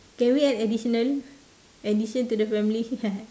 okay can we add additional addition to the family